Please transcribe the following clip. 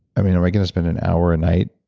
i i going to spend an hour a night